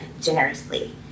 generously